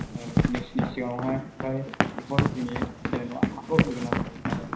नै निउसनि सिगाङावहाय ओमफाय बेखौहाय जोंनि चेनेलआव आपलद होगोन आरो खोनाबाय